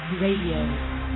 Radio